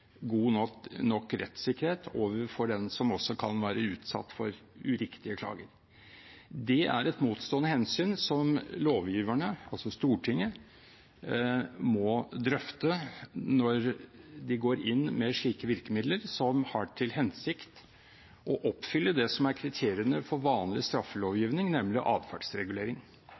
god nok rettssikkerhet overfor den som kan være utsatt for uriktige klager. Det er et motstående hensyn som lovgiverne, altså Stortinget, må drøfte når de går inn med slike virkemidler, som har til hensikt å oppfylle det som er kriteriene for vanlig straffelovgivning, nemlig adferdsregulering.